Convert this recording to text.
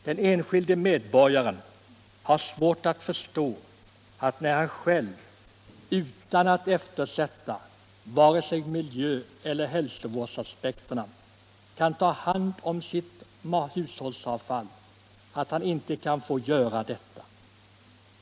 Den enskilde medborgaren "har svårt att förstå att när han själv — utan att eftersätta vare sig miljöeller hälsovårdsaspekterna — kan ta hand om sitt hushållsavfall, skall han inte få göra detta.